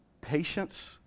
patience